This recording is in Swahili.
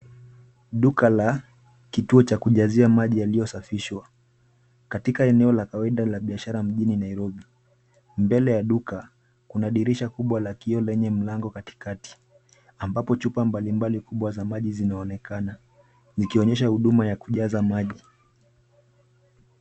Duka la kituo cha kujazia maji yaliyosafishwa katika eneo la kawaida la biashara mjini Nairobi. Mbele ya duka, kuna dirisha kubwa la kioo lenye mlango katikati, ambapo chupa mbalimbali kubwa za maji zinaonekana zikiknyesha huduma za kujaza maji.